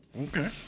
Okay